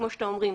כמו שאתם אומרים,